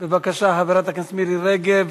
בבקשה, חברת הכנסת מירי רגב.